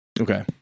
Okay